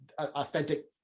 authentic